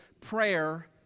prayer